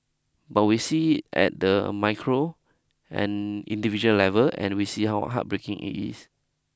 but we see it at the micro and individual level and we see how heartbreaking it is